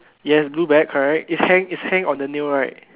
yes blue bag correct is hang is hang on the nail right